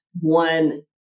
one